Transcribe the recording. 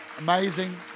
amazing